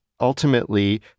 ultimately